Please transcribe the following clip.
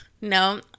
no